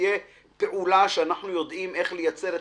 יכול להיות שכבר יודעים,